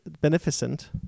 beneficent